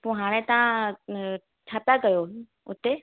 पोइ हाणे तव्हां छा था कयो उते